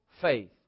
faith